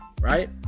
right